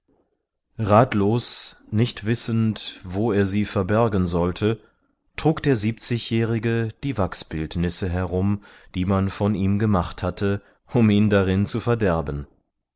ratlos nicht wissend wo er sie verbergen sollte trug der siebzigjährige die wachsbildnisse herum die man von ihm gemacht hatte um ihn darin zu verderben